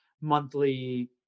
monthly